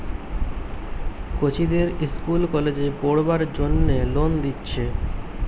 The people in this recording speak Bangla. কচিদের ইস্কুল কলেজে পোড়বার জন্যে লোন দিচ্ছে